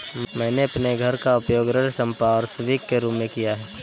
मैंने अपने घर का उपयोग ऋण संपार्श्विक के रूप में किया है